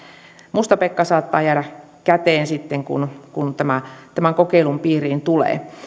musta pekka saattaa jäädä käteen sitten kun kun tämän kokeilun piiriin tulee